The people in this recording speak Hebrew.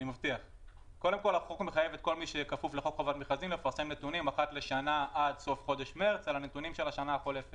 מדברים האחד עם השני איך משפרים ונותנים יותר לקבלנים קטנים להשתתף,